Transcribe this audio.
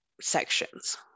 sections